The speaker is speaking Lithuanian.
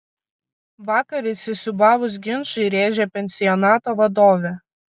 vakar įsisiūbavus ginčui rėžė pensionato vadovė